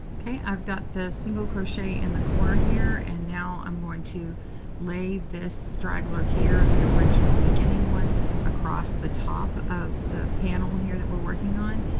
ok. i've got the single crochet in the corner here. and now, i'm going to lay this straggler here the original beginning one across the top of the panel here that we're working on,